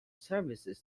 services